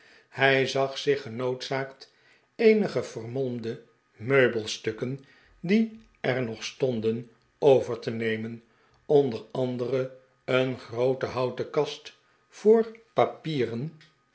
hij zag zieh genoodzaakt eenige vermolmde meubelstukken die er nog stonden over te nemen onder andere een groote houten kast voor papieren